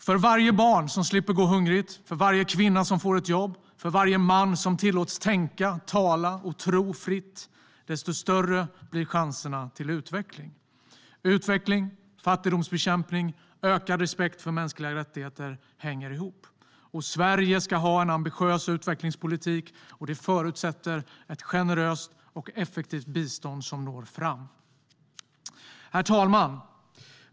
För varje barn som slipper gå hungrigt, för varje kvinna som får ett jobb, för varje man som tillåts tänka, tala och tro fritt, desto större blir chanserna till utveckling. Utveckling, fattigdomsbekämpning och ökad respekt för mänskliga rättigheter hänger ihop. Sverige ska ha en ambitiös utvecklingspolitik, och det förutsätter ett generöst och effektivt bistånd som når fram. Herr talman!